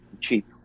cheap